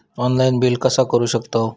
Online bill कसा करु शकतव?